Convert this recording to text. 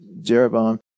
Jeroboam